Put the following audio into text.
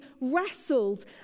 wrestled